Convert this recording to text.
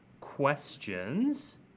questions